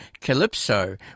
Calypso